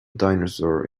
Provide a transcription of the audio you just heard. dinosaur